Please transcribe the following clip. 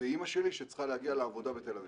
באמא שלי שצריכה להגיע לעבודה בתל אביב.